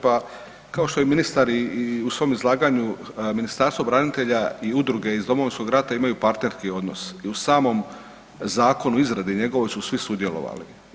Pa kao što je i ministar u svom izlaganju Ministarstvo branitelja i udruge iz Domovinskog rata imaju partnerski odnos i u samom zakonu, izradi njegovoj su svi sudjelovali.